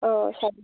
অঁ অঁ চাৰি